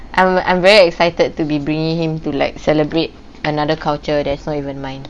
I'm I'm very excited to be bringing him to like celebrate another culture that's not even mine